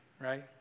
right